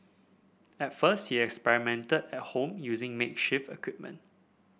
at first he experimented at home using makeshift equipment